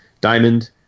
Diamond